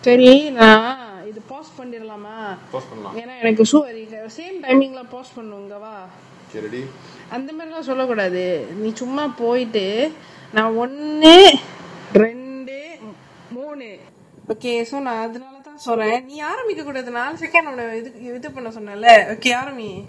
சரி நான் இப்ப:sari naan ippa pause பண்ணிரலாமா ஏன எனக்கு:panniralaama yena enaku same timing lah பண்ணனும்:pannanum okay அந்த மாறி எல்லாம் சொல்ல கூடாது நீ சும்மா போயிட்டு நான் ஒன்னு ரெண்டு மூணு நான் அதுநாள தான் சொன்னேன் நீ ஆரம்பிக்க கூடாது நாலு:antha maari ellaam solla koodathu nee summa poittu naan onnu rendu moonu naan athunala thaan sonnen nee aarambikka koodaathu naalu second உன்ன இது பண்ண சொன்னேன்ல்ல:unna ithu panna sonnenla okay ஆரம்பி:aarambi